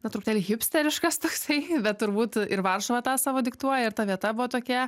na truputėlį hipsteriškas toksai bet turbūt ir varšuva tą savo diktuoja ir ta vieta buvo tokia